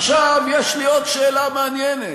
עכשיו יש לי עוד שאלה מעניינת.